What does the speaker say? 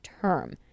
term